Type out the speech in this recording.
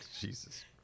Jesus